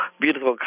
beautiful